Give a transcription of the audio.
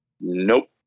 Nope